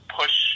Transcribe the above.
push